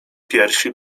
piersi